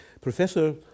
Professor